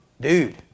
dude